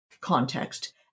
context